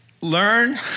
learn